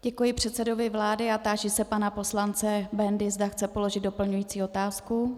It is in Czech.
Děkuji předsedovi vlády a táži se pana poslance Bendy, zda chce položit doplňující otázku.